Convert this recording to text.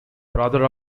brother